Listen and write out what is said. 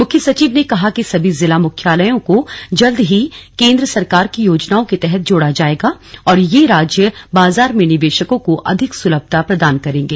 मुख्य संचिव ने कहा कि सभी जिला मुख्यालयों को जल्द ही केंद्र सरकार की योजनाओं के तहत जोड़ा जायेगा और यह राज्य बाजार में निवेशकों को अधिक सुलभता प्रदान करेंगे